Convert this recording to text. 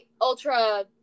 ultra